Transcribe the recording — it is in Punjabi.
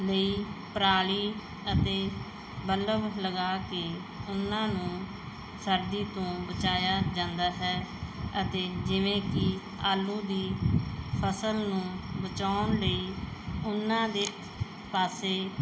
ਲਈ ਪਰਾਲੀ ਅਤੇ ਬਲਬ ਲਗਾ ਕੇ ਉਹਨਾਂ ਨੂੰ ਸਰਦੀ ਤੋਂ ਬਚਾਇਆ ਜਾਂਦਾ ਹੈ ਅਤੇ ਜਿਵੇਂ ਕਿ ਆਲੂ ਦੀ ਫਸਲ ਨੂੰ ਬਚਾਉਣ ਲਈ ਉਹਨਾਂ ਦੇ ਪਾਸੇ